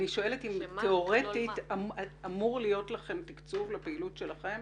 אני שואלת אם תיאורטית אמור להיות לכם תקצוב לפעילות שלכם